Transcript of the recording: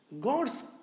God's